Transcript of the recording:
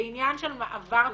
זה עניין של מעבר תפיסתי.